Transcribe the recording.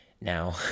Now